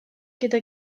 gyda